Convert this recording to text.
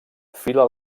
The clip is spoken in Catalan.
fila